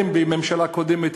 אתם בממשלה הקודמת,